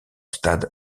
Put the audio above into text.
stade